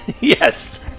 Yes